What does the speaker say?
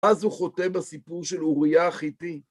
אז הוא חותם את הסיפור של אוריה החיתי.